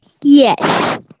yes